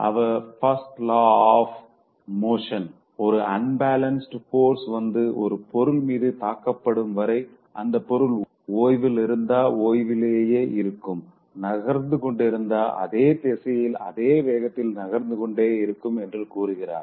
our first law of மோஷனில் ஒரு unbalanced force வந்து ஒரு பொருள் மீது தாக்கப்படும் வரை அந்தப் பொருள் ஓய்வில் இருந்தா ஓய்விலேயே இருக்கும் நகர்ந்து கொண்டிருந்தா அதே திசையில் அதே வேகத்தில் நகர்ந்துகொண்டே இருக்கும் என்று கூறுகிறார்